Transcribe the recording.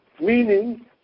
Meaning